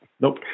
Nope